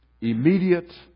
immediate